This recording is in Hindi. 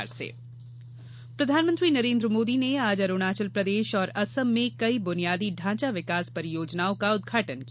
मोदी अरूणाचल प्रदेश प्रधानमंत्री नरेन्द्र मोदी ने आज अरूणाचल प्रदेश और असम में कई बुनियादी ढांचा विकास परियोजनाओं का उद्घाटन किया